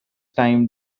time